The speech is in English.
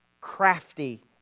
crafty